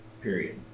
period